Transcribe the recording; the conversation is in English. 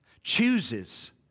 chooses